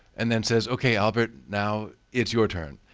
and then says, ok, albert, now it's your turn.